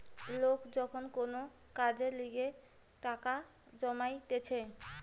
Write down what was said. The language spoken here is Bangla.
লোক যখন কোন কাজের লিগে টাকা জমাইতিছে